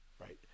Right